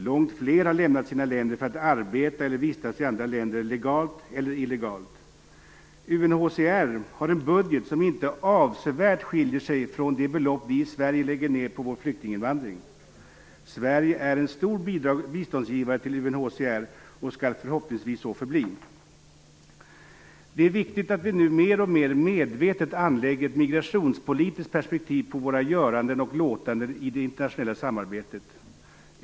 Långt fler har lämnat sina länder för att arbeta eller vistas i andra länder, legalt eller illegalt. UNHCR har en budget som inte avsevärt skiljer sig från de belopp vi i Sverige lägger ned på vår flyktinginvandring. Sverige är en stor biståndsgivare till UNHCR och skall förhoppningsvis så förbli. Det är viktigt att vi nu mer och mer medvetet anlägger ett migrationspolitiskt perspektiv på våra göranden och låtanden i det internationella samarbetet.